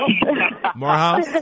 Morehouse